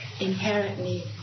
inherently